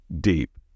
deep